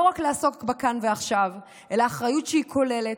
לא רק לעסוק בכאן ועכשיו, אלא באחריות שהיא כוללת,